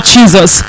Jesus